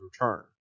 return